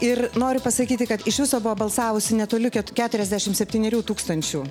ir noriu pasakyti kad iš viso buvo balsavusių netoli keturiasdešimt septynerių tūkstančių